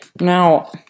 Now